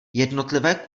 jednotlivé